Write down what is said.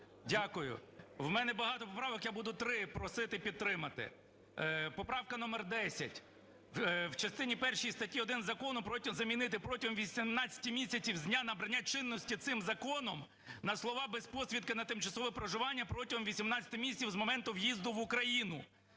Дякую. В мене багато поправок, я буду три просити підтримати. Поправка номер 10. В частині першій статті 1 закону замінити "протягом 18 з дня набрання чинності цим законом", на слова "без посвідки на тимчасове проживання протягом 18 місяців з моменту в'їзду в Україну".